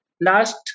last